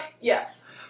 Yes